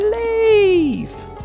leave